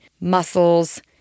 muscles